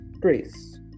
Grace